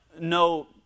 no